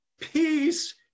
Peace